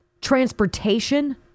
transportation